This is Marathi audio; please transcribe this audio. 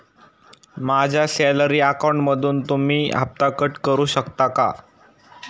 माझ्या सॅलरी अकाउंटमधून तुम्ही हफ्ता कट करू शकता का?